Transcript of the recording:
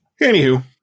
Anywho